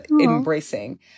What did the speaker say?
embracing